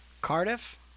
Cardiff